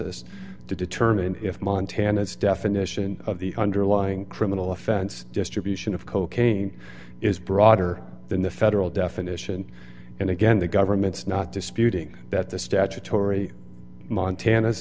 analysis to determine if montanans definition of the underlying criminal offense distribution of cocaine is broader than the federal definition and again the government's not disputing that the statutory montana's